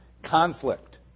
conflict